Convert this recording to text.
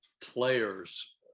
players